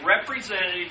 representative